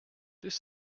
this